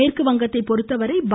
மேற்குவங்கத்தை பொறுத்தவரை பா